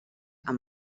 amb